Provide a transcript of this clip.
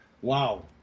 Wow